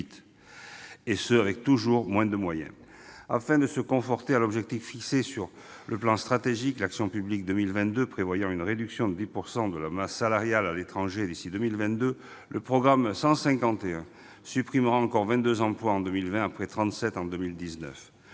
et ce avec toujours moins de moyens. Afin de se conformer à l'objectif fixé par le plan stratégique Action publique 2022, prévoyant une réduction de 10 % de la masse salariale à l'étranger d'ici à 2022, le programme 151 supprimera encore 22 emplois en 2020, après 37 en 2019.